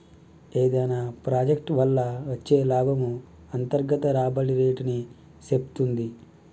ఏదైనా ప్రాజెక్ట్ వల్ల వచ్చే లాభము అంతర్గత రాబడి రేటుని సేప్తుంది